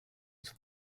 was